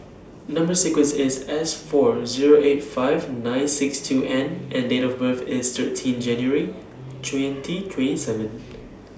Number sequence IS S four Zero eight five nine six two N and Date of birth IS thirteen January twenty three seven